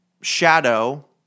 shadow